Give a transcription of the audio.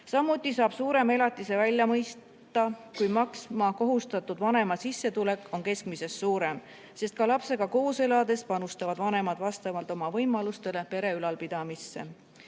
Samuti saab suurema elatise välja mõista, kui maksma kohustatud vanema sissetulek on keskmisest suurem, sest ka lapsega koos elades panustavad vanemad vastavalt oma võimalustele pere ülalpidamisse. Eelnõu